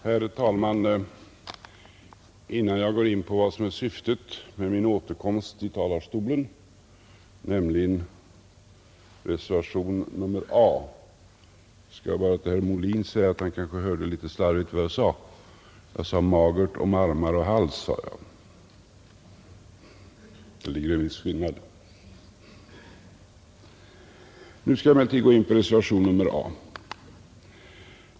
Herr talman! Innan jag går in på vad som är syftet med min återkomst i talarstolen, nämligen reservationen A, skall jag bara till herr Molin säga att han kanske hörde litet slarvigt vad jag sade. Jag sade ”magert om armar och hals”. Det är en viss skillnad. Nu skall jag emellertid gå in på reservationen A.